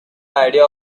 idea